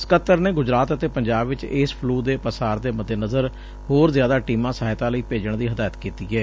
ਸਕੱਤਰ ਨੇ ਗੁਜਰਾਤ ਅਤੇ ਪੰਜਾਬ ਵਿਚ ਇਸ ਫਲੂ ਦੇ ਪਾਸਾਰ ਦੇ ਮੱਦੇ ਨਜ਼ਰ ਹੋਰ ਜ਼ਿਆਦਾ ਟੀਮਾਂ ਸਹਾਇਤਾ ਲਈ ਭੇਜਣ ਦੀ ਹਦਾਇਤ ਕੀਤੀ ਏ